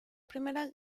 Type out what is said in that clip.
primera